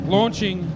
Launching